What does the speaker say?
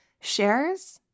shares